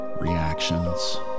reactions